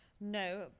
no